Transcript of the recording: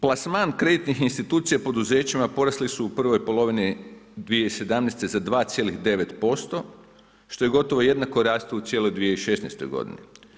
Plasman kreditnih institucija poduzećima porasli su u prvoj polovini 2017. za 2,9% što je jednako rastu u cijeloj 2016. godini.